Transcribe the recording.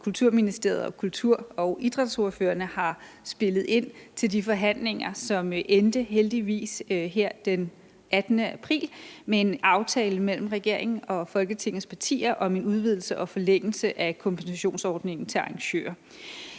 Kulturministeriet og kultur- og idrætsordførerne har spillet ind til de forhandlinger, som her den 18. april heldigvis endte med en aftale mellem regeringen og Folketingets partier om en udvidelse og forlængelse af kompensationsordningen for arrangører.